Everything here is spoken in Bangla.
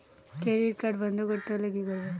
ক্রেডিট কার্ড বন্ধ করতে হলে কি করব?